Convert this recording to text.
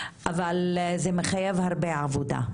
אבל זה מחייב הרבה עבודה.